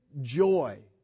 joy